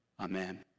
Amen